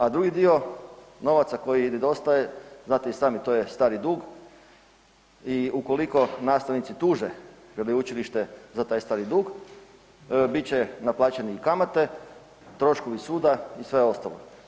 A drugi dio novaca koji nedostaje znate i sami to je stari dug i ukoliko nastavnici tuže veleučilište za taj stari dug bit će naplaćene i kamate, troškovi suda i sve ostalo.